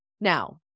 Now